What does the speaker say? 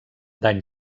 dany